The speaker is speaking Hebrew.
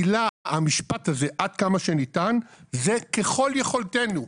המשפט הזה, עד כמה שניתן, זה ככל יכולתנו.